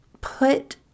put